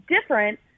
different